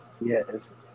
Yes